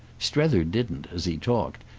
strether didn't, as he talked,